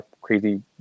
crazy